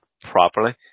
properly